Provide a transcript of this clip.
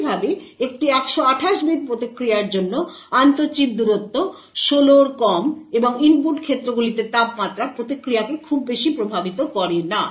একইভাবে একটি 128 বিট প্রতিক্রিয়ার জন্য আন্তঃ চিপ দূরত্ব 16 এর কম এবং ইনপুট ক্ষেত্রগুলিতে তাপমাত্রা প্রতিক্রিয়াকে খুব বেশি প্রভাবিত করে না